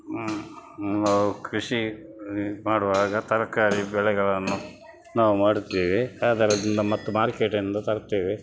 ನಾವು ಕೃಷಿ ಮಾಡುವಾಗ ತರಕಾರಿ ಬೆಳೆಗಳನ್ನು ನಾವು ಮಾಡುತ್ತೇವೆ ಅದರಿಂದ ಮತ್ತು ಮಾರ್ಕೇಟಿಂದ ತರ್ತೇವೆ